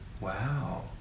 Wow